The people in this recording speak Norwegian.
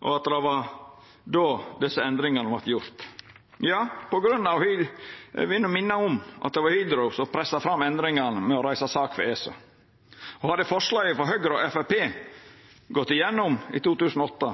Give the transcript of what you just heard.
at det var då desse endringane vart gjorde. Ja, eg vil no minna om at det var Hydro som pressa fram endringane med å reisa sak for ESA. Hadde forslaget frå Høgre og Framstegspartiet gått gjennom i 2008,